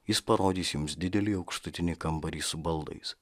jis parodys jums didelį aukštutinį kambarį su baldais